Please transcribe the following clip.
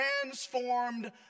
Transformed